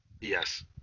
Yes